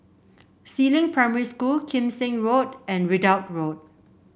Si Ling Primary School Kim Seng Road and Ridout Road